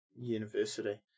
university